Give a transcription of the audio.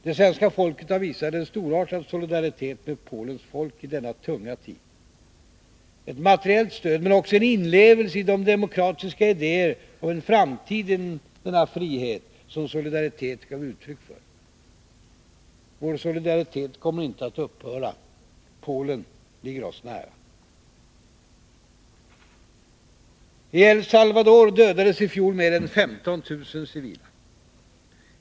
Det svenska folket har visat en storartad solidaritet med Polens folk i denna tunga tid, ett materiellt stöd men också en inlevelse i de demokratiska idéer om en framtid i denna frihet som Solidaritet gav uttryck för. Vår solidaritet kommer inte att upphöra. Polen ligger oss nära. I El Salvador dödades i fjol mer än 15 000 civila.